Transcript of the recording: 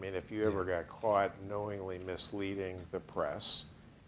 if you ever got caught knowingly misleading the press,